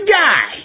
guy